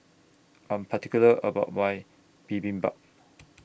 I'm particular about My Bibimbap